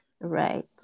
Right